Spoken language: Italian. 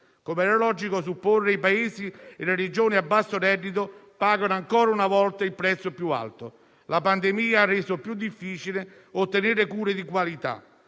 Come era logico supporre, i paesi e le Regioni a basso reddito pagano ancora una volta il prezzo più alto. La pandemia ha reso più difficile ottenere cure di qualità